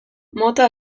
mota